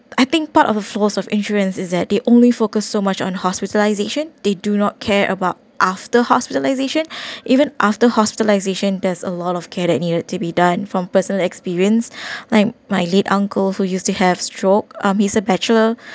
I think part of the flaws of insurance is that they only focus so much on hospitalisation they do not care about after hospitalisation even after hospitalisation there's a lot of care that needed to be done from personal experience like my late uncle who used to have stroke um he's a bachelor